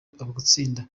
gutsinda